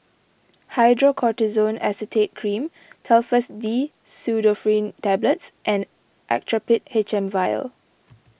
Hydrocortisone Acetate Cream Telfast D Pseudoephrine Tablets and Actrapid H M Vial